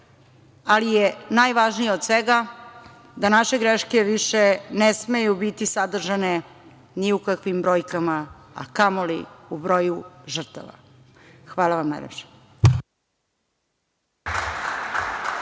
ali je najvažnije od svega da naše greške više ne smeju biti sadržane ni u kakvim brojkama, a kamoli u broju žrtava. Hvala vam najlepše.